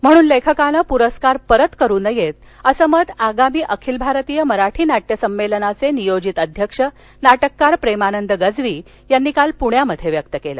म्हणून लेखकान प्रस्कार परत करू नयेत असं मत आगामी अखिल भारतीय मराठी नाट्य समेलनाचे नियोजित अध्यक्ष नाटककार प्रेमानंद गजवी यांनी काल पुण्यात व्यक्त केलं